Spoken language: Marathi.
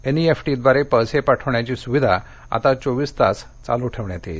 एन ई एफ टी द्वारे पैसे पाठविण्याची सुविधा आता चोवीस तास चालू टेवण्यात येईल